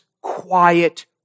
quiet